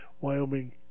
Wyoming